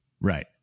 Right